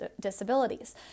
disabilities